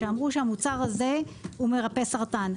שאמרו שהמוצר הזה מרפא סרטן,